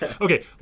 Okay